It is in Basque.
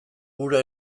hura